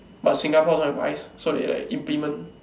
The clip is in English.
but Singapore don't have ice so they like implement